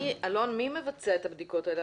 אלון, מי מבצע את הבדיקות האלה?